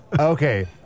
Okay